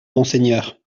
monseigneur